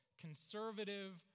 conservative